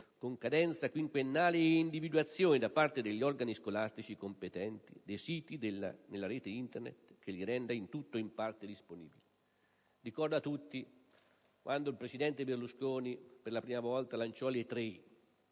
con cadenza quinquennale ed individuazione, da parte degli organi scolastici competenti, dei siti nella rete Internet che li renda in tutto o in parte disponibili. Ricordo a tutti quando il presidente Berlusconi per la prima volta lanciò le tre